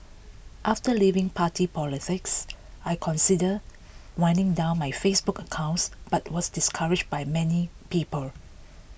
after leaving party politics I considered winding down my Facebook accounts but was discouraged by many people